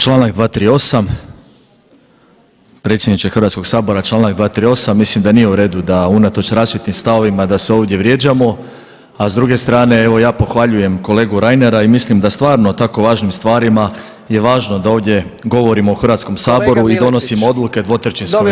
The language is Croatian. Članak 238., predsjedniče Hrvatskog sabora Članak 238., mislim da nije u redu da unatoč različitim stavovima da se ovdje vrijeđamo, a s druge strane evo ja pohvaljujem kolegu Reinera i mislim da stvarno o tako važnim stvarima je važno da ovdje govorimo u Hrvatskom saboru i [[Upadica: Kolega Miletić…]] donosimo odluke 2/3 većinom.